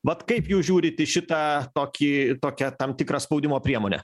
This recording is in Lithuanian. vat kaip jūs žiūrit į šitą tokį tokią tam tikrą spaudimo priemonę